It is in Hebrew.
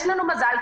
יש לנו מזל,